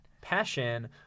Passion